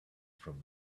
from